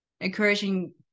encouraging